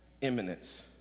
imminence